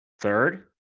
Third